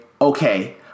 okay